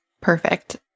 perfect